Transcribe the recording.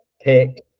pick